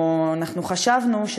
או חשבנו,